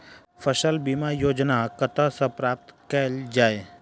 फसल बीमा योजना कतह सऽ प्राप्त कैल जाए?